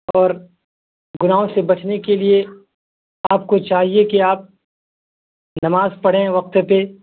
اور گناہوں سے بچنے کے لیے آپ کو چاہیے کہ آپ نماز پڑھیں وقت پہ